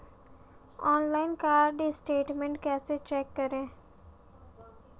Online card statement कैसे check करें?